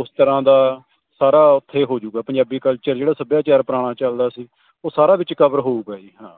ਉਸ ਤਰ੍ਹਾਂ ਦਾ ਸਾਰਾ ਉੱਥੇ ਹੋ ਜਾਊਗਾ ਪੰਜਾਬੀ ਕਲਚਰ ਜਿਹੜਾ ਸੱਭਿਆਚਾਰ ਪੁਰਾਣਾ ਚਲਦਾ ਸੀ ਉਹ ਸਾਰਾ ਵਿੱਚ ਕਵਰ ਹੋਊਗਾ ਜੀ ਹਾਂ